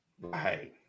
right